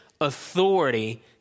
authority